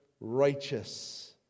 righteous